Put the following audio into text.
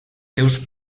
seus